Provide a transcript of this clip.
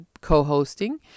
co-hosting